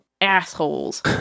Assholes